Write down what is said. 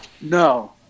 No